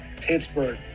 Pittsburgh